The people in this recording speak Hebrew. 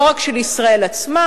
לא רק של ישראל עצמה,